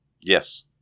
Yes